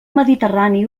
mediterrani